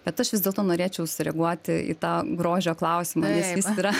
bet aš vis dėlto norėčiau sureaguoti į tą grožio klausimą nes jis yra